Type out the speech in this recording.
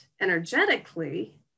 energetically